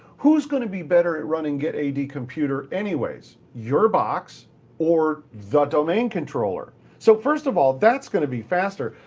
who's going to be better at running get ad computer anyway, your box or the domain controller. so first of all, that's going to be faster.